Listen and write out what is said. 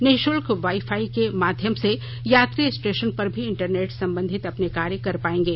निशुल्क वाईफाई के माध्यम से यात्री स्टेशन पर भी इंटरनेट संबंधित अपने कार्य कर पाएंगे